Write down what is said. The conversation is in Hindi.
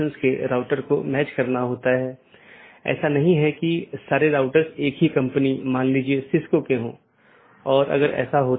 सत्र का उपयोग राउटिंग सूचनाओं के आदान प्रदान के लिए किया जाता है और पड़ोसी जीवित संदेश भेजकर सत्र की स्थिति की निगरानी करते हैं